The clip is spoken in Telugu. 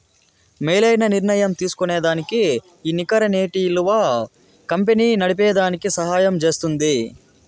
మేలైన నిర్ణయం తీస్కోనేదానికి ఈ నికర నేటి ఇలువ కంపెనీ నడిపేదానికి సహయం జేస్తుంది